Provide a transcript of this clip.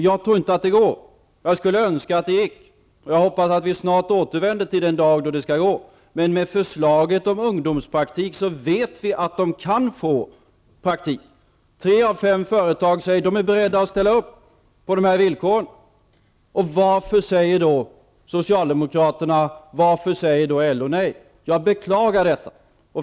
Jag tror inte att det går. Jag skulle önska att det ginge och jag hoppas att vi snart återvänder till den dag då det går. Med förslaget om ungdomspraktik vet vi emellertid att ungdomarna kan få praktik. Tre av fem företag säger att de är beredda att ställa upp på de här villkoren. Varför säger då Socialdemokraterna och LO nej? Jag beklagar detta.